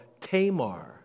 Tamar